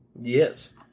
Yes